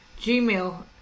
Gmail